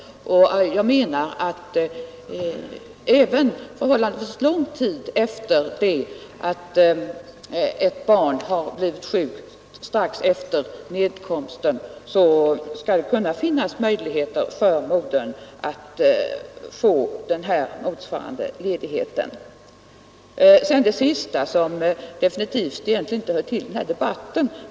Jag menar att även om ett barn, som blivit sjukt strax efter nedkomsten, behöver sjukhusvård förhållandevis lång tid, då skall det finnas möjligheter för modern att därefter få den här motsvarande ledigheten. Det sista som fru Håvik drog upp hör egentligen inte alls till den här debatten.